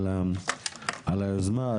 על היוזמה,